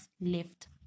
left